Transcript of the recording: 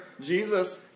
Jesus